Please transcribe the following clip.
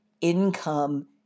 income